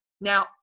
Now